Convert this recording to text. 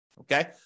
okay